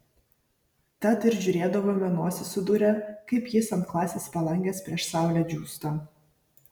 tad ir žiūrėdavome nosis įdūrę kaip jis ant klasės palangės prieš saulę džiūsta